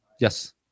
Yes